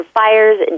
fires